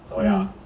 mm